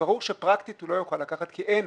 ברור שפרקטית הוא לא יוכל לקחת כי אין,